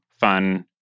fun